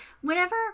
whenever